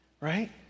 Right